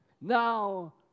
Now